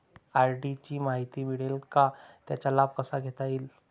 RD ची माहिती मिळेल का, त्याचा लाभ कसा घेता येईल?